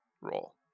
role